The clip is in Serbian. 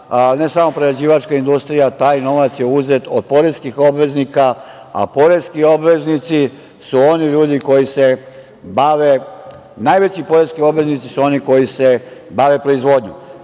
ne samo prerađivačka industrija. Taj novac je uzet od poreskih obveznika, a poreski obveznici su oni ljudi koji se bave, najveći poreski obveznici su oni koji se bave proizvodnjom. Agrarni